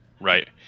Right